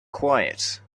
quiet